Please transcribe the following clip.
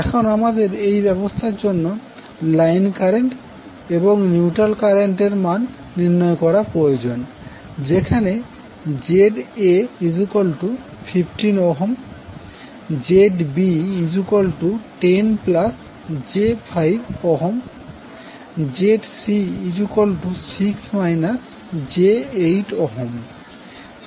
এখন আমাদের এই ব্যবস্থার জন্য লাইন কারেন্ট এবং নিউট্রাল কারেন্ট এর মান নির্ণয় করা প্রয়োজন যেখানে ZA15 ZB10j5 ZC6 j8